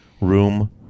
room